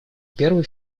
первый